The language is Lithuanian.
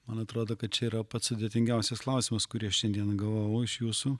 man atrodo kad čia yra pats sudėtingiausias klausimas kurį aš šiandien gavau iš jūsų